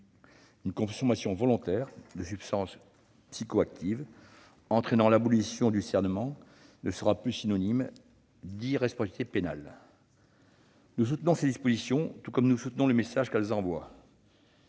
Une consommation volontaire de substances psychoactives, entraînant l'abolition du discernement, ne sera plus synonyme d'irresponsabilité pénale. Nous soutenons ces dispositions, tout comme nous soutenons le message qu'elles envoient